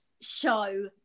show